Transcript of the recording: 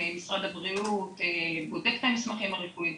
משרד הבריאות בודק את המסמכים הרפואיים,